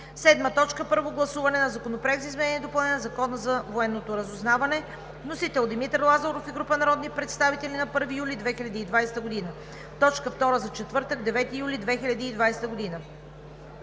2020 г. 7. Първо гласуване на Законопроекта за изменение и допълнение на Закона за военното разузнаване. Вносители – Димитър Лазаров и група народни представители, 1 юли 2020 г. – точка втора за четвъртък, 9 юли 2020 г.